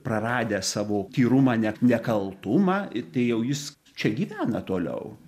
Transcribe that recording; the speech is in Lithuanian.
praradęs savo tyrumą ne nekaltumą ir tai jau jis čia gyvena toliau